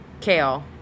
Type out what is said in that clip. kale